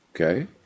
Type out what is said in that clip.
Okay